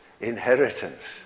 inheritance